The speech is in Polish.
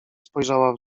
spojrzała